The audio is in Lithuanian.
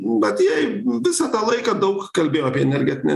vat jie visą tą laiką daug kalbėjo apie energetinę